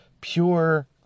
pure